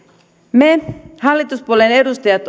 me hallituspuolueiden edustajat